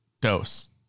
dose